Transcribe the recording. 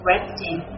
Resting